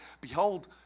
Behold